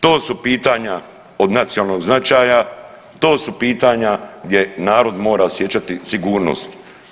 To su pitanja od nacionalnog značaja, to su pitanja gdje narod mora osjećati sigurnost.